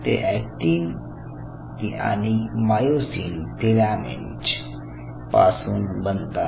ते अॅक्टिन आणि myosin filament पासून बनतात